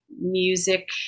music